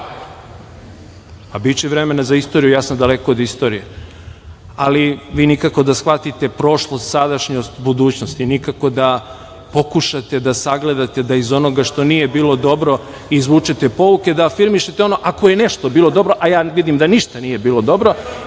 govor.)Biće vremena za istoriju, ja sam daleko od istorije. Ali vi nikako da shvatite prošlost, sadašnjost, budućnost i nikako da pokušate da sagledate da iz onoga što nije bilo dobro izvučete pouke, da afirmišete ono, ako je nešto bilo dobro, a ja vidim da ništa nije bilo dobro